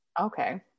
Okay